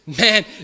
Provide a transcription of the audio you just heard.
man